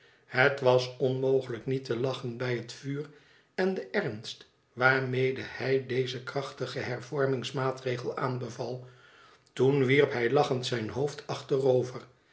het was onmogelijk niet te lachen bij het vuur en den ernst waarmede hij dezen krachtigen hervormingsmaatregel aanbeval toen wierp hij lachend zijn hoofd achterover